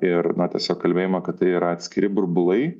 ir na tiesiog kalbėjimo kad tai yra atskiri burbulai